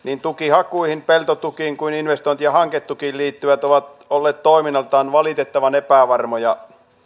niin tukihakuihin peltotukiin kuin investointihanketukiin liittyvät ovat olleet toiminnaltaan valitettavan epävarmoja